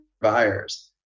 buyers